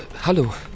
Hallo